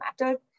mattered